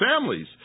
families